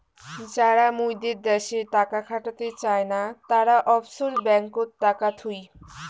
যারা মুইদের দ্যাশে টাকা খাটাতে চায় না, তারা অফশোর ব্যাঙ্ককোত টাকা থুই